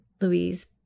Louise